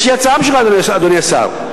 יש לי הצעה בשבילך, אדוני השר: